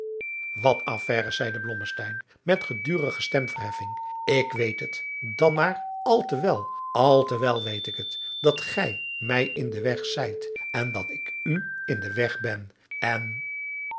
wat affaires zeide blommesteyn met gedurige stemverheffing ik weet het dan maar al te wel al te wel weet ik het dat gij mij in den weg zijt en dat ik u in den weg ben en